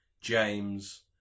James